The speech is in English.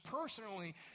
personally